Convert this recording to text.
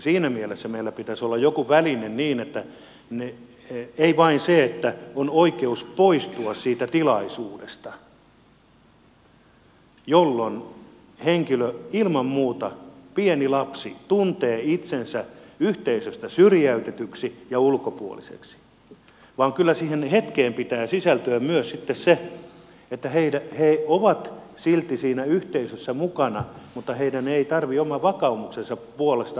siinä mielessä meillä pitäisi olla joku väline ei vain se että on oikeus poistua siitä tilaisuudesta jolloin henkilö pieni lapsi ilman muuta tuntee itsensä yhteisöstä syrjäytetyksi ja ulkopuoliseksi vaan kyllä siihen hetkeen pitää sisältyä myös sitten se että he ovat silti siinä yhteisössä mukana mutta heidän ei tarvitse oman vakaumuksensa puolesta osallistua siihen tilaisuuteen